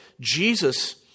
Jesus